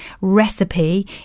recipe